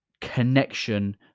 connection